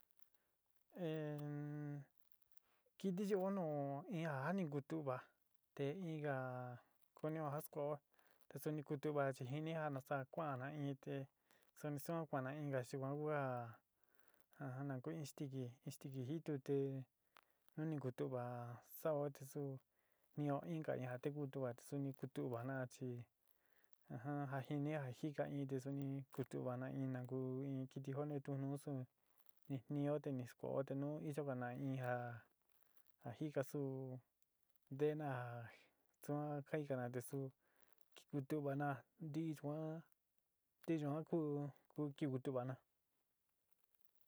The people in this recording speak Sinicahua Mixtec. kɨtɨ io nu in ja a ni kutuva te inga kunio ja skuaoó te suni kutuvá chi jini ja nasaa ku'an na in te suni suan kua'ana inka chi uan kua ja jana ku in stikɨ, stikɨ jitu te nu ni kutuva sa'o te su nió inka ja suni kutuva'ati te suni kutu va'ana chi ajan ja jini ja jika in te suni kutu va'ana inna ku in kɨtɨ joó tu nu suun nignio te ni skuo'o te nu iyogana in jaa jaa jika suú ntegna ja suan ka jikana te suu kituuvana nti yuan nti yuan ku in kivi nte va'ana.